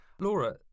Laura